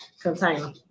container